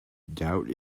doubt